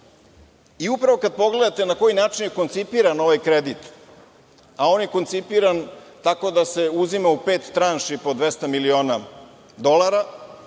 Upravo kada pogledate na koji način je koncipiran ovaj kredit, a on je koncipiran tako da se uzima u pet tranši po 200 miliona dolara,